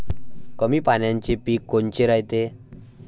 कमी पाण्याचे पीक कोनचे रायते?